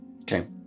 Okay